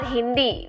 Hindi